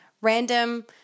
random